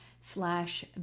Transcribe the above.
slash